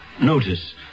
notice